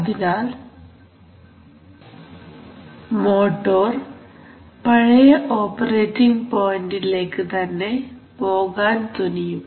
അതിനാൽ മോട്ടോർ പഴയ ഓപ്പറേറ്റിങ് പോയിന്റിലേക്ക് തന്നെ പോകാൻ തുനിയും